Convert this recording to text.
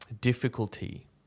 difficulty